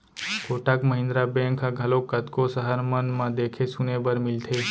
Kotak Mahindra bank ह घलोक कतको सहर मन म देखे सुने बर मिलथे